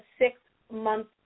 six-month